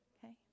Okay